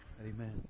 amen